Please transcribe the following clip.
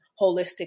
holistic